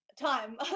time